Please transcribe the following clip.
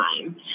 time